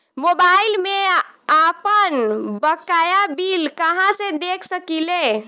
Mobile में आपनबकाया bill कहाँसे देख सकिले?